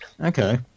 Okay